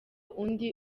undi